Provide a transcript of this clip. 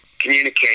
communicate